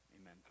amen